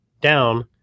down